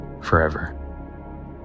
forever